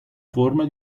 forma